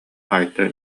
айта